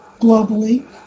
globally